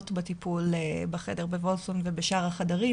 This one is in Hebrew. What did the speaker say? בטיפול בחדר בוולפסון ובשאר החדרים,